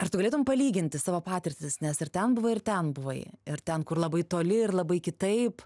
ar tu galėtum palyginti savo patirtis nes ir ten buvai ir ten buvai ir ten kur labai toli ir labai kitaip